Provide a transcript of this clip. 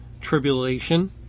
tribulation